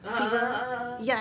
ah ah ah ah ah